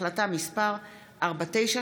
החלטה מס' 4935,